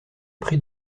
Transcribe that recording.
prix